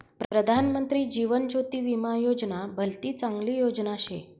प्रधानमंत्री जीवन ज्योती विमा योजना भलती चांगली योजना शे